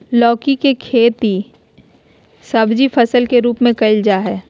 लौकी के खेती सब्जी फसल के रूप में कइल जाय हइ